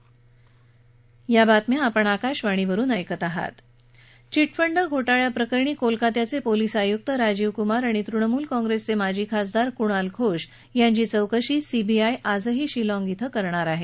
विटफंड घोटाळ्याप्रकरणी कोलकात्याचे पोलीस आयुक राजीव कुमार आणि तृणमूल काँग्रेसचे माजी खासदार कुणाल घोष यांची चौकशी सीबीआय आजही शिलाँग कें करणार आहे